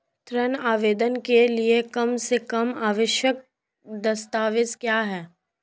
ऋण आवेदन के लिए कम से कम आवश्यक दस्तावेज़ क्या हैं?